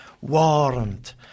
warrant